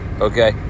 okay